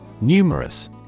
Numerous